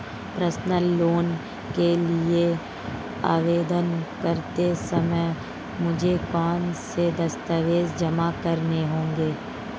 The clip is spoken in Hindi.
पर्सनल लोन के लिए आवेदन करते समय मुझे कौन से दस्तावेज़ जमा करने होंगे?